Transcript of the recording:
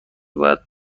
باید